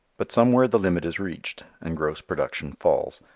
but somewhere the limit is reached and gross production falls.